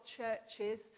churches